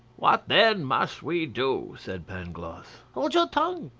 what, then, must we do? said pangloss. hold your tongue,